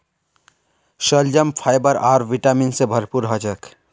शलजम फाइबर आर विटामिन से भरपूर ह छे